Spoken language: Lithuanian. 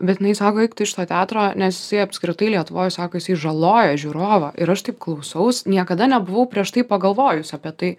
bet jinai sako eik tu iš to teatro nes jisai apskritai lietuvoj sako jisai žaloja žiūrovą ir aš taip klausaus niekada nebuvau prieš tai pagalvojus apie tai